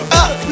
up